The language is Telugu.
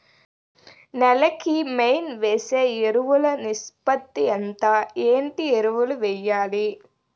నేల కి మెయిన్ వేసే ఎరువులు నిష్పత్తి ఎంత? ఏంటి ఎరువుల వేయాలి?